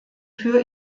für